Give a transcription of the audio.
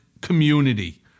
community